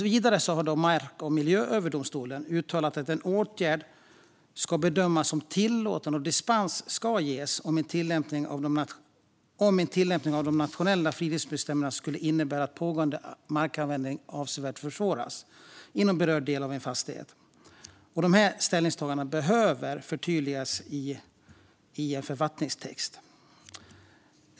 Vidare har Mark och miljööverdomstolen uttalat att en åtgärd ska bedömas som tillåten och dispens ges om en tillämpning av de nationella fridlysningsbestämmelserna skulle innebära att pågående markanvändning avsevärt försvåras inom berörd del av en fastighet. Detta ställningstagande behöver förtydligas i författningstext.